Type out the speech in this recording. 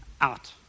out